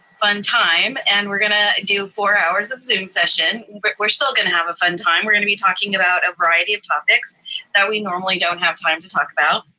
fun time, and we're gonna do four hours of zoom session, but we're still gonna have a fun time. we're going to be talking about a variety of topics that we normally don't have time to talk about.